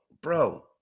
bro